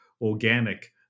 organic